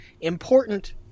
important